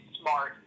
smart